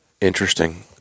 interesting